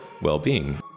well-being